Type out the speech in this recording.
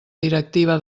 directiva